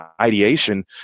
ideation